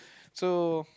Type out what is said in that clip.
so